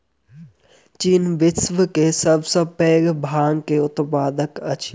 चीन विश्व के सब सॅ पैघ भांग के उत्पादक अछि